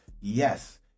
Yes